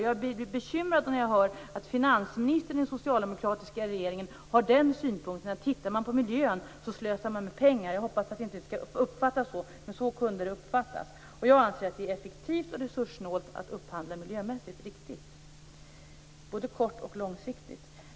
Jag blir bekymrad när jag hör att finansministern i en socialdemokratisk regering har synpunkten att man, om man ser till miljön, slösar med pengar. Jag hoppas att det inte skall uppfattas så, men så kunde det uppfattas. Jag anser att det är både effektivt och resurssnålt att upphandla miljömässigt riktigt, både kortsiktigt och långsiktigt.